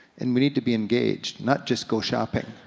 and we need to be engaged, not just go shopping.